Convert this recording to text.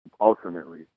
ultimately